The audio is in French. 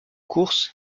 course